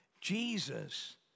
Jesus